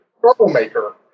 troublemaker